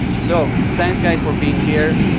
so thanks, guys, for being here.